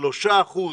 3%